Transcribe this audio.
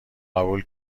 قبول